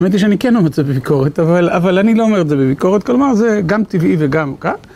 האמת היא שאני כן אומר את זה בביקורת. אבל אני לא אומר את זה בביקורת, כלומר, זה גם טבעי וגם כך.